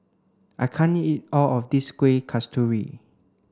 I can't eat all of this Kueh Kasturi